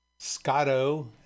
Scotto